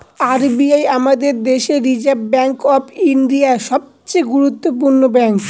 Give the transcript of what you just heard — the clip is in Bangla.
আর বি আই আমাদের দেশের রিসার্ভ ব্যাঙ্ক অফ ইন্ডিয়া, সবচে গুরুত্বপূর্ণ ব্যাঙ্ক